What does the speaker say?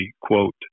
quote